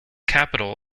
capital